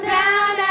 down